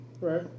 right